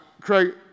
Craig